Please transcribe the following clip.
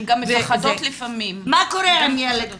מה קורה עם ילד כזה?